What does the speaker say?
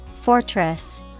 Fortress